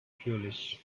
foolish